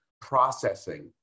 processing